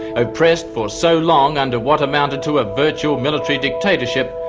oppressed for so long under what amounted to a virtual military dictatorship,